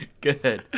Good